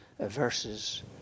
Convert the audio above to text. verses